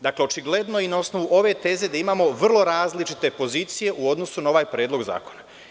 Dakle, očigledno je i na osnovu ove teze da imamo vrlo različite pozicije u odnosu na ovaj predlog zakona.